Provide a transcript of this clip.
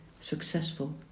successful